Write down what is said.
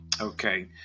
Okay